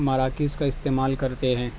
مراکز کا استعمال کرتے ہیں